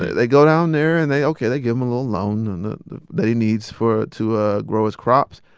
they they go down there and they ok, they give him a little loan and that he needs for to ah grow his crops.